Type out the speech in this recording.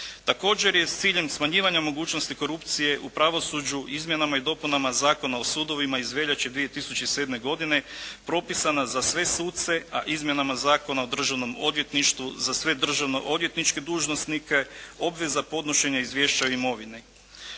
Također je s ciljem smanjivanja mogućnosti korupcije u pravosuđu Izmjenama i dopunama Zakona o sudovima iz veljače 2007. godine propisana za sve suce, a Izmjenama zakona o Državnom odvjetništvu za sve državno odvjetničke dužnosnike obveza podnošenja izvješća o imovini.